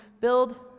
build